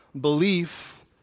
Belief